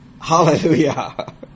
Hallelujah